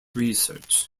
research